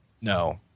No